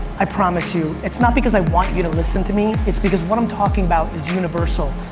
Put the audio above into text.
i promise you, it's not because i want you to listen to me, it's because what i'm talking about is universal.